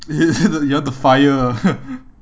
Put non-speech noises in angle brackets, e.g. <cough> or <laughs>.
eh <laughs> you want the fire <laughs>